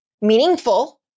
meaningful